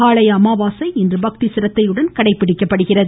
மகாலய அமாவாசை இன்று பக்தி சிரத்தையுடன் கடைப்பிடிக்கப்படுகிறது